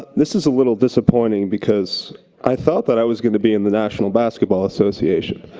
this is a little disappointing because i thought that i was gonna be in the national basketball association.